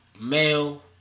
male